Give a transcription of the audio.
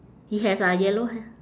he has uh yellow hair